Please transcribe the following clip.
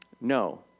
No